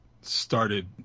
started